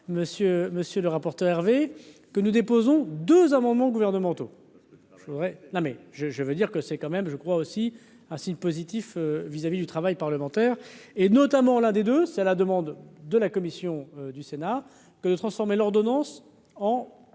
monsieur le rapporteur Hervé que nous déposons 2 amendements gouvernementaux je voudrais non mais je veux dire que c'est quand même, je crois aussi, ah si positif vis-à-vis du travail parlementaire et notamment l'un des deux c'est la demande de la commission du Sénat que de transformer l'ordonnance en